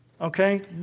Okay